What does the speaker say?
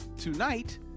tonight